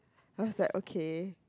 I was like okay